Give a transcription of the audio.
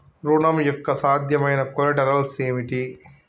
ఋణం యొక్క సాధ్యమైన కొలేటరల్స్ ఏమిటి?